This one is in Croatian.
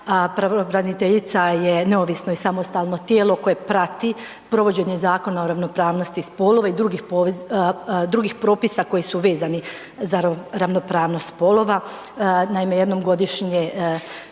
pravobraniteljica je neovisno i samostalno tijelo koje prati provođenje Zakona o ravnopravnosti spolova i drugih propisa koji su vezani za ravnopravnost spolova, naime jednom godišnje HS